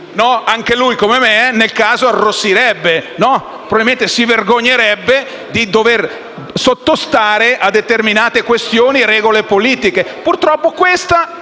anche lui, come me, arrossirebbe e probabilmente si vergognerebbe a dovere sottostare a determinate questioni e regole politiche. Purtroppo, questo